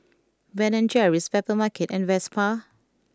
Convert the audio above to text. Ben and Jerry's Papermarket and Vespa